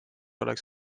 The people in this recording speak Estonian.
oleks